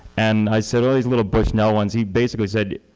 and i said, oh this little bushnell ones. he basically said,